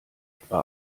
etwa